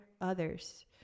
others